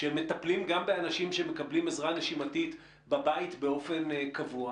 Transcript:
שהם מטפלים גם באנשים שמקבלים עזרה נשימתית בבית באופן קבוע,